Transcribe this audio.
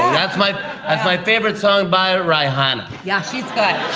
that's my um my favorite song by rye-hana. yeah she's good,